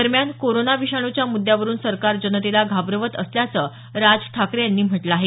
दरम्यान कोरोना विषाणूच्या मृद्यावरुन सरकार जनतेला घाबरवत असल्याचं राज ठाकरे यांनी म्हटलं आहे